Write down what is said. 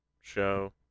show